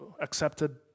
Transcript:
accepted